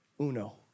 uno